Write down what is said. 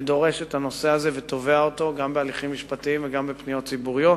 ודורש את הנושא הזה ותובע אותו גם בהליכים משפטיים וגם בפניות ציבוריות.